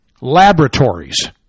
laboratories